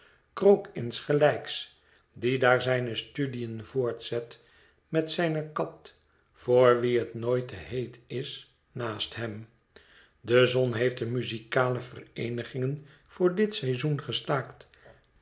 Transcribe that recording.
krook insgelijks die daar zijne studiën voortzet met zijne kat voor wie het nooit te heet is naast hem de zon heeft de muzikale vereenigingen voor dit seizoen gestaakt